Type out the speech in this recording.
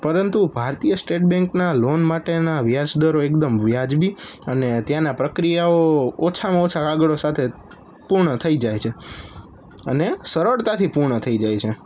પરંતુ ભારતીય સ્ટેટ બૅન્કના લોન માટેના વ્યાજદરો એકદમ વ્યાજબી અને ત્યાંના પ્રક્રિયાઓ ઓછામાં ઓછા કાગળો સાથે પૂર્ણ થઈ જાય છે અને સરળતાથી પૂર્ણ થઈ જાય છે